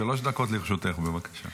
דקות לרשותך, בבקשה.